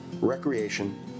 Recreation